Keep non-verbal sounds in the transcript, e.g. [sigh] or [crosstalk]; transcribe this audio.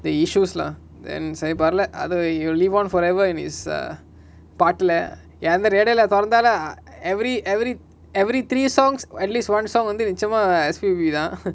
the issues lah then சரி பரவால அது:sari paravala athu you live on forever in his err பாட்ல எந்த:paatla entha radio lah தொரந்தாலு:thoranthaalu ah every every every three songs at least one song வந்து நிச்சயமா:vanthu nichayama S_B_P தா:tha [noise]